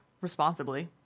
responsibly